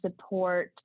support